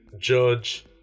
judge